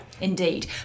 indeed